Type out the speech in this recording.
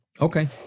Okay